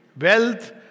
Wealth